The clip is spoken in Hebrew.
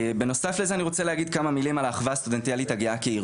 בנוסף לזה אני רוצה להגיד כמה מלים על האחווה הסטודנטיאלית כארגון.